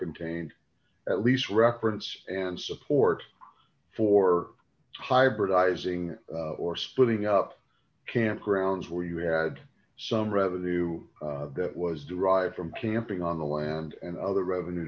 contain at least reference and support for hybridizing or splitting up camp grounds where you had some revenue that was derived from camping on the land and other revenue